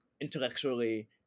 intellectually